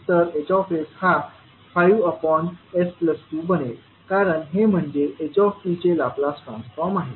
तर H हा 5s 2बनेल कारण हे म्हणजे h चे लाप्लास ट्रान्सफॉर्म आहे